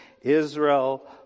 Israel